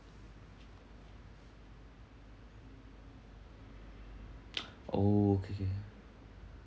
oh okay ah